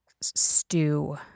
stew